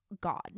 god